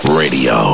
radio